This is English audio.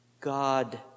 God